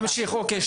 ירון, תמשיך אוקיי.